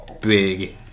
big